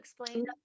explain